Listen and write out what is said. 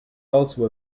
also